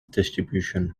distribution